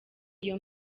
iyo